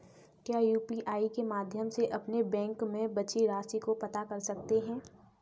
क्या यू.पी.आई के माध्यम से अपने बैंक में बची राशि को पता कर सकते हैं?